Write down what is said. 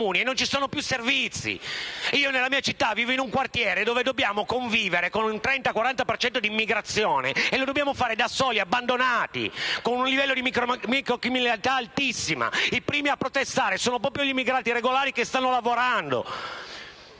non ci sono più servizi. Nella mia città, io vivo in un quartiere dove dobbiamo convivere con un 30-40 per cento di immigrazione e lo dobbiamo fare da soli, abbandonati, con un livello di microcriminalità altissima; i primi a protestare sono proprio gli immigrati regolari che stanno lavorando.